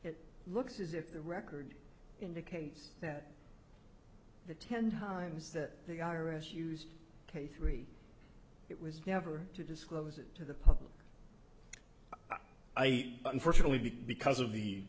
it looks as if the record indicates that the ten times that the i r s used ok three it was never to disclose it to the public eye unfortunately because of the